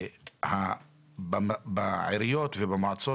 זה לא קשור למשטרה, לא קשור לשיטור עירוני.